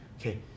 okay